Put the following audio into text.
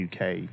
UK